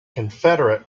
confederate